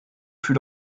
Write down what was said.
fut